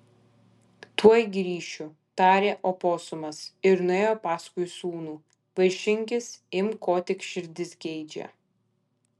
tuoj grįšiu tarė oposumas ir nuėjo paskui sūnų vaišinkis imk ko tik širdis geidžia